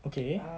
okay